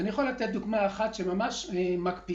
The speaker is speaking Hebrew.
אני יכול לתת דוגמה אחת שממש מקפיצה.